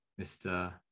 Mr